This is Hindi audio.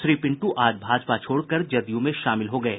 श्री पिंटू आज भाजपा छोड़कर जदयू में शामिल हो गये